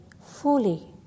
fully